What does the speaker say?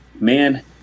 man